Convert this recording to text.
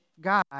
God